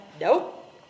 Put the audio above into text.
nope